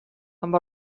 amb